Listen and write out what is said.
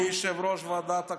מי יושב-ראש ועדת הכנסת,